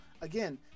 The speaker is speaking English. Again